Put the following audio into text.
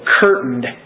curtained